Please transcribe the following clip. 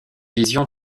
vision